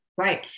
Right